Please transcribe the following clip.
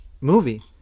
movie